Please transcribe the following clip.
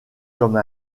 comme